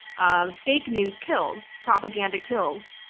ah fake news kills. propaganda kills.